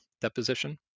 deposition